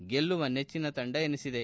ಗೆಲ್ಲವ ನೆಚ್ಚಿನ ತಂಡ ಎನಿಸಿದೆ